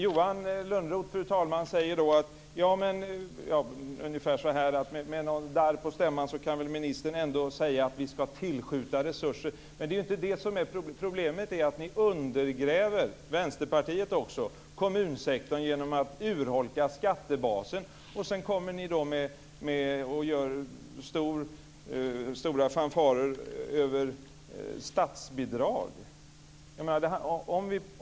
Johan Lönnroth säger, fru talman, med darr på stämman ungefär att ministern väl kan tillskjuta resurser. Det är inte det som är problemet. Problemet är att också ni i Vänsterpartiet undergräver kommunsektorn genom att urholka skattebasen. Sedan kommer ni med stora fanfarer över statsbidrag.